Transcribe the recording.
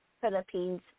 Philippines